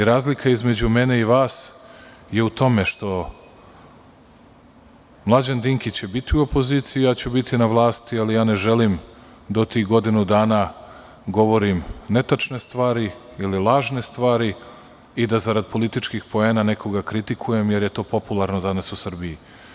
Razlika između mene i vas je u tome što, Mlađan Dinkić će biti u opoziciji, ja ću biti na vlasti, ali ja ne želim da u tih godinu dana govorim netačne stvari, ili lažne stvari, i da zarad političkih poena nekoga kritikujem, jer je to popularno danas u Srbiji.